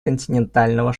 континентального